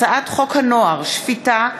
הצעת חוק הנוער (שפיטה,